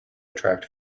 attract